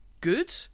good